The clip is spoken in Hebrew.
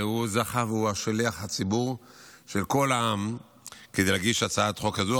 והוא זכה והוא שליח הציבור של כל העם כדי להגיש הצעת חוק כזו,